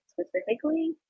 specifically